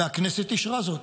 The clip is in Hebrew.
והכנסת אישרה זאת.